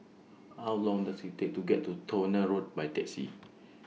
How Long Does IT Take to get to Towner Road By Taxi